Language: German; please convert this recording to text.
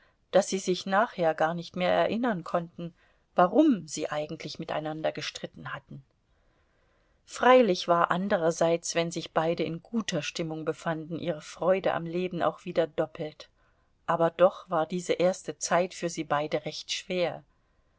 daß sie sich nachher gar nicht mehr erinnern konnten warum sie eigentlich miteinander gestritten hatten freilich war anderseits wenn sich beide in guter stimmung befanden ihre freude am leben auch wieder doppelt aber doch war diese erste zeit für sie beide recht schwer